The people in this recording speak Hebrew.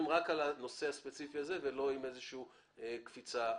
רק על הנושא הספציפי הזה ולא עם איזושהי קפיצה קדימה.